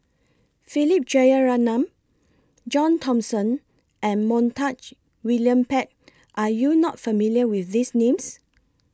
Philip Jeyaretnam John Thomson and Montague William Pett Are YOU not familiar with These Names